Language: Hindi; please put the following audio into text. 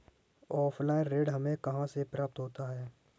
ऑफलाइन ऋण हमें कहां से प्राप्त होता है?